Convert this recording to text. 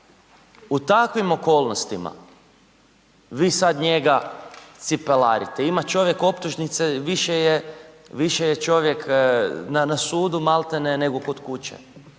U takvim okolnostima vi sada njega cipelarite. Ima čovjek optužnice, više je čovjek na sudu malte ne nego kod kuće.